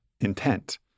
intent